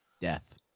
death